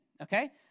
Okay